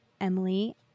Emily